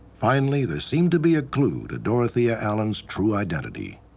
finally there seemed to be a clue to dorothea allen's true identity.